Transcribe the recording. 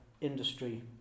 industry